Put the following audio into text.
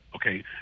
Okay